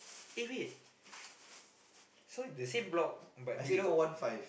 eh wait so the same block but below